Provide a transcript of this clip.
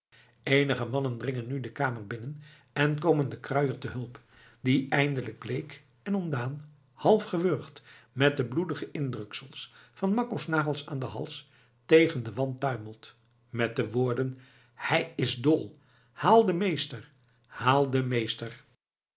eenige mannen dringen nu de kamer binnen en komen den kruier te hulp die eindelijk bleek en ontdaan half gewurgd met de bloedige indruksels van makko's nagels aan den hals tegen den wand tuimelt met de woorden hij is dol haal den meester haal den meester